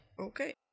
Okay